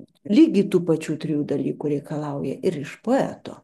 lygiai tų pačių trijų dalykų reikalauja ir iš poeto